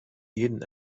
jeden